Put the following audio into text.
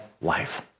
life